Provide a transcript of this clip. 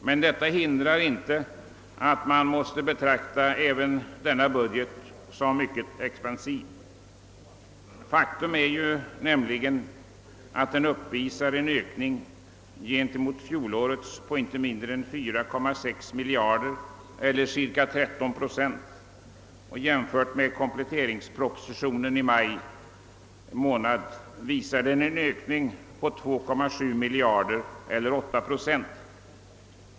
Men detta hindrar inte att även denna budget måste betecknas som mycket expansiv. Faktum är nämligen att den uppvisar en ökning i förhållande till fjolårets budget på inte mindre än 4,6 miljarder eller cirka 13 procent, och jämförd med den kompletteringsproposition som avlämnades i maj 1966 uppvisar budgeten en ökning med 2,7 miljarder eller 8 procent.